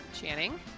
Channing